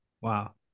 Wow